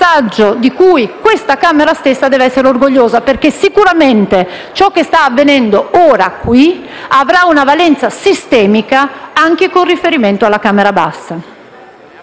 di cui questa Camera deve essere orgogliosa, perché sicuramente ciò che ora sta avvenendo qui avrà una valenza sistemica anche con riferimento alla Camera bassa.